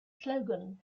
slogan